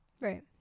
right